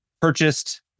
purchased